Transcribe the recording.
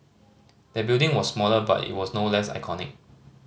the building was smaller but it was no less iconic